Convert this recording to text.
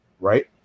right